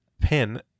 pin